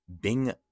bing